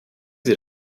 sie